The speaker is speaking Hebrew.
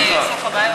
זאת הפרנסה